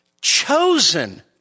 chosen